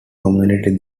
community